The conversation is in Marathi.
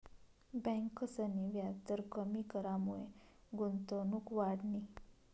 ब्यांकसनी व्याजदर कमी करामुये गुंतवणूक वाढनी